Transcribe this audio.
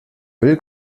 müll